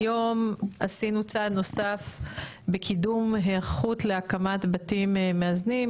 עשינו צעד נוסף בקידום היערכות להקמת בתים מאזנים.